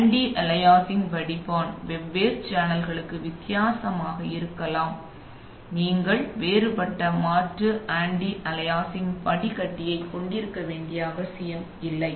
anti aliasing வடிப்பான் வெவ்வேறு சேனல்களுக்கு வித்தியாசமாக இருக்கலாம் பின்னர் நீங்கள் வேறு பட்ட மாற்று ஆன்டி அளியசிங் வடிகட்டியைக் கொண்டிருக்க வேண்டிய அவசியமில்லை